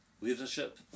Leadership